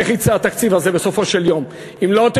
ואיך יצא התקציב הזה בסופו של יום,